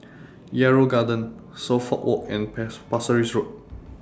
Yarrow Garden Suffolk Walk and Pasir Ris Road